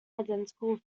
identical